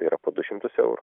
tai yra po du šimtus eurų